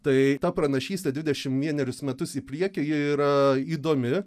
tai ta pranašystė dvidešimt vienerius metus į priekį ji yra įdomi